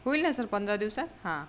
होईल सर पंधरा दिवसात हां